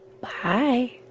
Bye